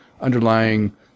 underlying